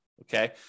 Okay